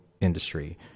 industry